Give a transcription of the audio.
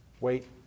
Wait